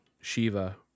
Shiva